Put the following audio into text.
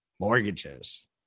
mortgages